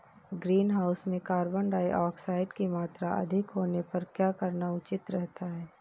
Greenhouse में carbon dioxide की मात्रा अधिक होने पर क्या करना उचित रहता है?